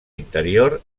interior